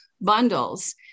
bundles